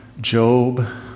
Job